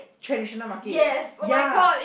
traditional markets ya